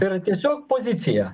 tai yra tiesiog pozicija